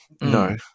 no